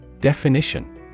Definition